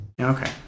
Okay